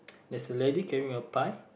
there's a lady carrying a pie